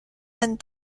and